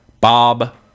Bob